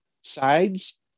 sides